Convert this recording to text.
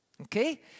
Okay